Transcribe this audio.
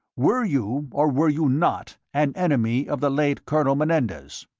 were you, or were you not, an enemy of the late colonel menendez?